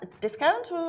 discount